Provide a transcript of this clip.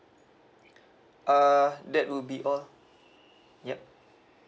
uh that will be all yup